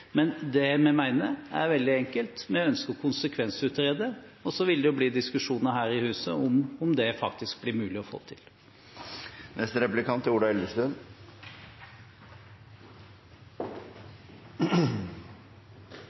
Men det vi mener, er veldig enkelt. Vi ønsker å konsekvensutrede. Så vil det bli diskusjoner her i huset om det faktisk blir mulig å få til. Jeg legger til grunn at Høyre fortsatt kan ha interesse av at det er